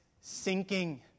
sinking